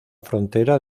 frontera